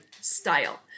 style